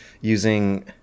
using